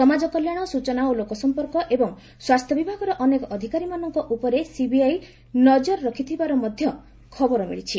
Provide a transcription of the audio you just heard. ସମାଜକଲ୍ୟାଣ ସୂଚନା ଓ ଲୋକସମ୍ପର୍କ ଏବଂ ସ୍ୱାସ୍ଥ୍ୟ ବିଭାଗର ଅନେକ ଅଧିକାରୀମାନଙ୍କ ଉପରେ ସିବିଆଇ ନଜର ରଖିଥିବାର ମଧ୍ୟ ଖବର ମିଳିଛି